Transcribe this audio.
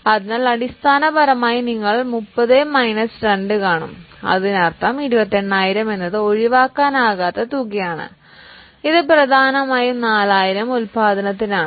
അതിനാൽ അടിസ്ഥാനപരമായി 30 മൈനസ് 2 അതിനർത്ഥം 28000 എന്നത് ഡിപ്രീഷ്യബിൾ തുകയാണ് ഇത് പ്രധാനമായും 4000 ഉൽപാദനത്തിനാണ്